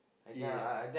yeah